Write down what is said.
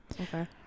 Okay